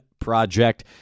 project